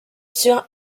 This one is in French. sur